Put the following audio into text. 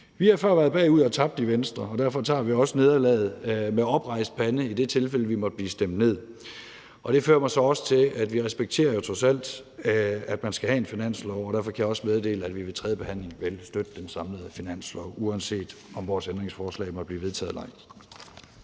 Vi har før været bagud og tabt i Venstre, og derfor tager vi også nederlaget med oprejst pande, i det tilfælde vi måtte blive stemt ned. Det fører mig så også til at sige, at vi trods alt jo respekterer, at man skal have en finanslov, og derfor kan jeg også meddele, at vi ved anden del af tredjebehandlingen vil støtte den samlede finanslov, uanset om vores ændringsforslag måtte blive vedtaget eller